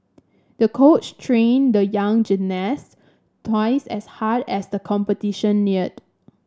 the coach trained the young gymnast twice as hard as the competition neared